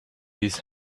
his